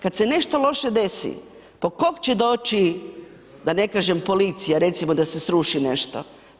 Kad se nešto loše desi, po kog će doći, da ne kažem, policija, recimo da se sruši nešto?